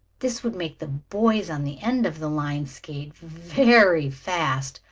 this would make the boys on the end of the line skate very fast,